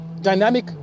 dynamic